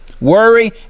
worry